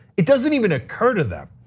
it doesn't even occur to them.